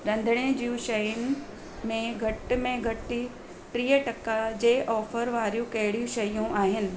रधिणे जूं शयुनि में घटि में घटि टीह टका जे ऑफ़र वारियूं कहिड़ियूं शयूं आहिनि